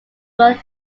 were